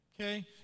okay